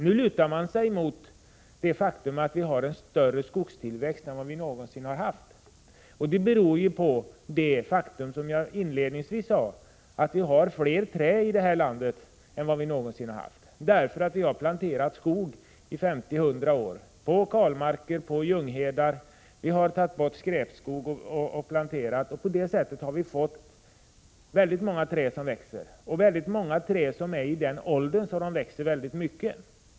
Nu lutar man sig mot det faktum att vi har en större skogstillväxt än vi någonsin har haft. Men den beror på, som jag inledningsvis nämnde, att det finns fler träd i Sverige än någonsin tidigare. Vi har planterat skog i 50—100 år på kalmarker och ljunghedar, och vi har tagit bort skräpskog och planterat nya träd. På det sättet har vi fått väldigt många träd som växer och väldigt många träd som är i den ålder att de växer väldigt mycket.